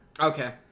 okay